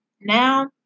now